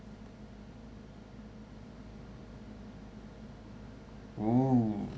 !woo!